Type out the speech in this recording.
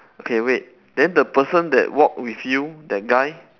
okay wait then the person that walk with you that guy